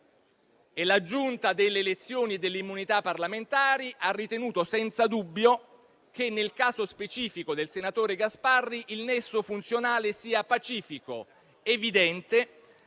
La Giunta delle elezioni e dell'immunità parlamentari ha ritenuto senza dubbio che, nel caso specifico del senatore Gasparri, il nesso funzionale sia pacifico ed evidente,